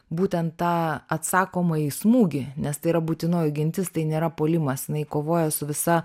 būtent tą atsakomąjį smūgį nes tai yra būtinoji gintis tai nėra puolimas jinai kovoja su visa